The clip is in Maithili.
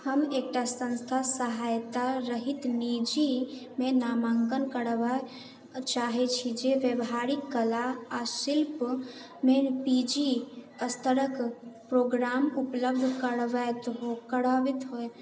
हम एकटा संस्था सहायता रहित निजीमे नामाङ्कन करबै चाहैत छी जे व्यावहारिक कला आ शिल्पमे पी जी स्तरके प्रोग्राम उपलब्ध करबैत हो कराबैत होए